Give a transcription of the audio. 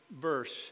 verse